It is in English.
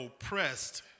oppressed